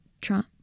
Trump